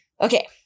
Okay